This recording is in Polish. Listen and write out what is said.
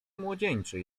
młodzieńczy